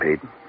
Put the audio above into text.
Pete